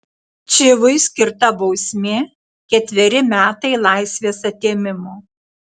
čivui skirta bausmė ketveri metai laisvės atėmimo